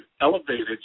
elevated